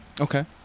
Okay